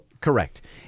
correct